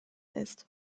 ist